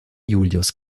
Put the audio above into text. julius